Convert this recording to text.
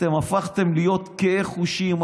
אתם הפכתם להיות קהי חושים,